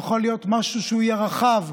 זה יוכל להיות משהו שיהיה רחב,